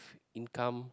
income